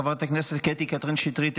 חברת הכנסת קטי קטרין שטרית,